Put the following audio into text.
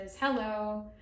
hello